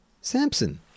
Samson